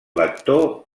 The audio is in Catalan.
lector